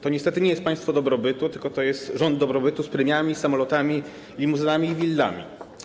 To niestety nie jest państwo dobrobytu, tylko to jest rząd dobrobytu - z premiami, samolotami, limuzynami i willami.